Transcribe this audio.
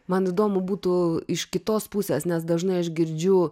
man įdomu būtų iš kitos pusės nes dažnai aš girdžiu